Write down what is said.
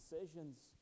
decisions